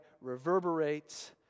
reverberates